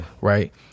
right